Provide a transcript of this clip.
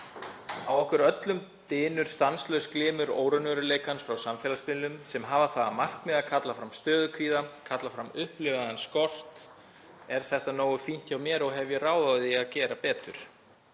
Á okkur öllum dynur stanslaus glymur óraunveruleikans frá samfélagsmiðlum sem hafa það að markmiði að kalla fram stöðukvíða, kalla fram upplifaðan skort: Er þetta nógu fínt hjá mér og hef ég ráð á því að gera betur?